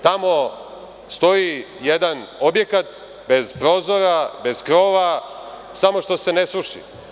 Tamo stoji jedan objekat bez prozora, bez krova, samo što se ne sruši.